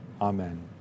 Amen